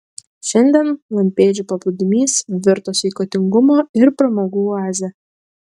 šiandien lampėdžių paplūdimys virto sveikatingumo ir pramogų oaze